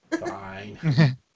Fine